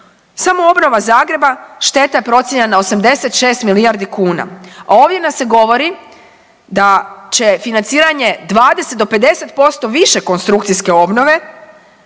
Samo obnova Zagreba šteta je procijenjena na 86 milijardi kuna, a ovdje nam se govori da će financiranje 20 do 50% više konstrukcijske obnove